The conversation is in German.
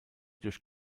durch